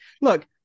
Look